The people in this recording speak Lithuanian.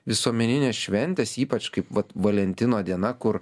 visuomeninės šventės ypač kaip vat valentino diena kur